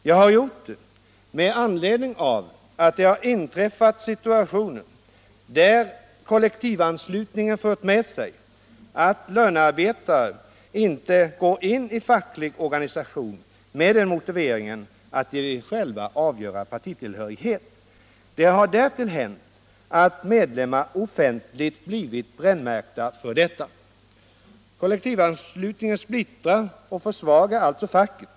Jag har gjort det med anledning av att det inträffat situationer där kollektivanslutningen fört med sig att lönarbetare inte går in i en facklig organisation med den motiveringen att de själva vill avgöra partitillhörighet. Det har därtill hänt att medlemmar offentligt blivit brännmärkta för detta. Kollektivanslutningen splittrar och försvagar alltså facket.